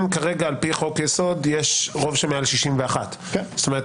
כרגע על פי חוק-יסוד יש רוב שמעל 61. זאת אומרת,